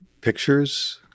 pictures